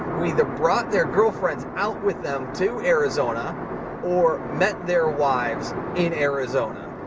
who either brought their girlfriends out with them to arizona or met their wives in arizona.